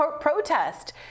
protest